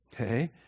Okay